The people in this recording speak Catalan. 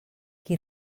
qui